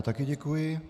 Také děkuji.